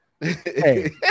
Hey